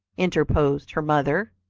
interposed her mother.